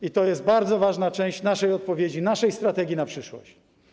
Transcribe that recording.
I to jest bardzo ważna część naszej odpowiedzi, naszej strategii na przyszłość.